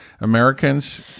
Americans